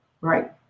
Right